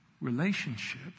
relationship